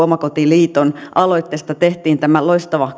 omakotiliiton aloitteesta tehtiin tämä loistava